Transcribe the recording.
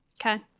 Okay